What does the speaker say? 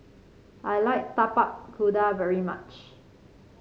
I like Tapak Kuda very much